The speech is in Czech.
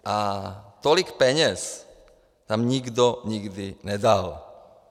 A tolik peněz tam nikdo nikdy nedal.